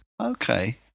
Okay